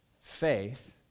faith